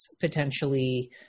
potentially